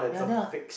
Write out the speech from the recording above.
ya then i wa~